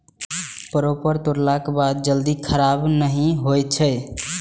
परोर तोड़लाक बाद जल्दी खराब नहि होइ छै